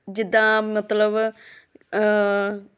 ਜਿੱਦਾਂ ਮਤਲਬ